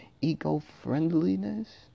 eco-friendliness